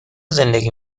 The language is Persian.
زندگی